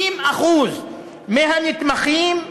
50% מהנתמכים,